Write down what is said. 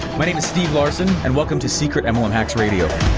my name is steve larsen and welcome to secret and mlm hacks radio.